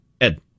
Ed